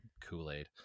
Kool-Aid